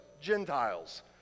gentiles